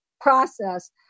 process